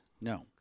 No